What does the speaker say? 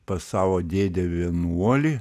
pas savo dėdę vienuolį